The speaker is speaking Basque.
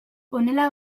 honela